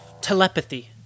telepathy